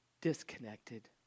disconnected